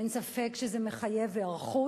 אין ספק שזה מחייב היערכות.